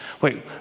Wait